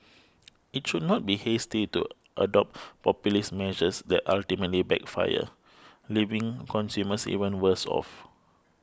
it should not be hasty to adopt populist measures that ultimately backfire leaving consumers even worse off